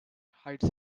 hides